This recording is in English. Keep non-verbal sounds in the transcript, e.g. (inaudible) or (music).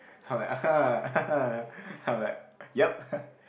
I'm like (laughs) I'm like yup (laughs)